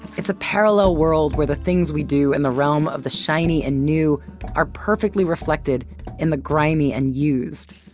it's a parallel world, where the things we do in and the realm of the shiny and new are perfectly reflected in the grimy and used.